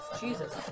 Jesus